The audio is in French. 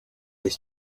les